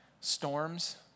storms